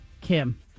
Kim